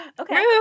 Okay